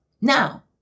Now